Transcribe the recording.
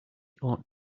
ought